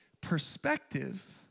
perspective